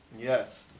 Yes